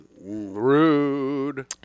Rude